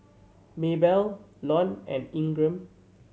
Maybell Lon and Ingram